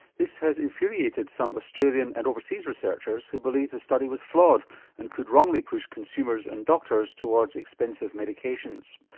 this has infuriated some australian and overseas researchers who believe the study was flawed and could wrongly push consumers and doctors towards expensive medications.